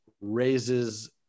raises